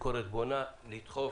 מעבירים ביקורת בונה, דוחפים.